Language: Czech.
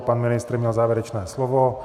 Pan ministr měl závěrečné slovo.